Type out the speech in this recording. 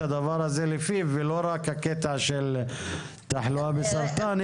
הדבר הזה לפיו ולא רק הקטע של תחלואה בסרטן,